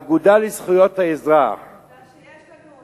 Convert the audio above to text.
האגודה לזכויות האזרח, מזל שיש לנו אותם.